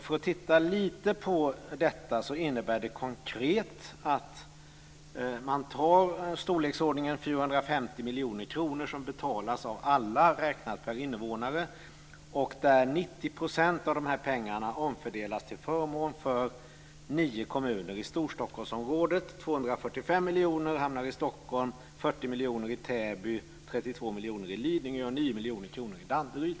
Förslaget innebär konkret att i storleksordningen 90 % av 450 miljoner kronor, betalat av alla räknat per invånare, omfördelas till förmån för nio kommuner i Storstockholmsområdet. 245 miljoner kronor hamnar i Stockholm, 40 miljoner kronor i Täby, 32 miljoner kronor i Lidingö och 9 miljoner kronor i Danderyd.